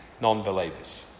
non-believers